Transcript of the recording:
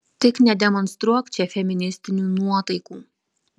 tik nedemonstruok čia feministinių nuotaikų